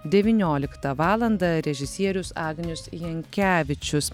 devynioliktą valandą režisierius agnius jankevičius